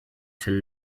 till